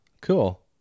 Cool